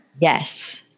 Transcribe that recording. Yes